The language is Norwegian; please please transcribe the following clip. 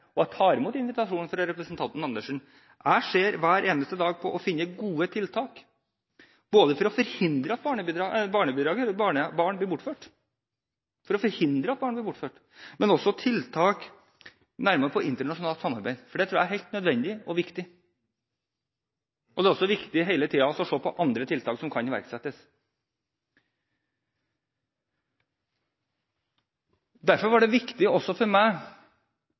Jeg tar imot invitasjonen fra representanten Andersen. Jeg ser hver eneste dag etter gode tiltak for å forhindre at barn blir bortført, og også tiltak når det gjelder internasjonalt samarbeid. Det tror jeg er helt nødvendig og viktig. Det er også viktig hele tiden å se på andre tiltak som kan iverksettes. Derfor var det viktig også for meg